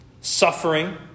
suffering